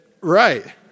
Right